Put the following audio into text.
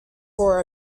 for